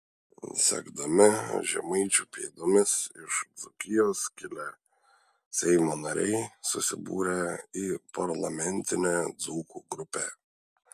sekdami žemaičių pėdomis iš dzūkijos kilę seimo nariai susibūrė į parlamentinę dzūkų grupę